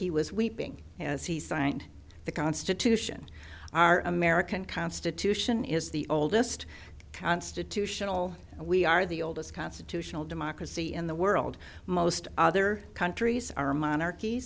he was weeping as he signed the constitution our american constitution is the oldest constitutional we are the oldest constitutional democracy in the world most other countries are monarch